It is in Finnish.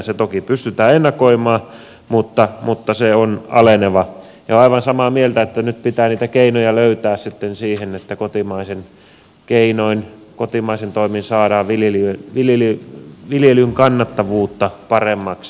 se toki pystytään ennakoimaan mutta se on aleneva ja olen aivan samaa mieltä että nyt pitää niitä keinoja löytää sitten siihen että kotimaisin keinoin kotimaisin toimin saadaan viljelyn kannattavuutta paremmaksi